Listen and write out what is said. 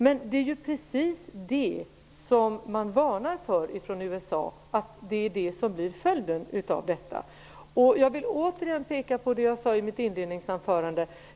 Men det är ju precis det som man varnar för i USA, att detta blir följden. Jag vill åter peka på vad jag framhöll i mitt inledningsanförande.